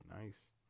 Nice